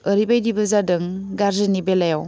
ओरैबायदिबो जादों गाज्रिनि बेलायाव